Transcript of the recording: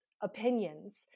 opinions